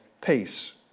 peace